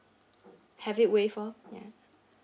have it waived off ya